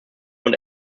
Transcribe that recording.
und